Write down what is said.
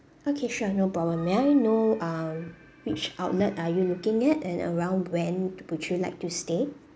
okay sure no problem may I know um which outlet are you looking at and around when would you like to stay